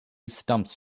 stumps